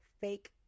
fake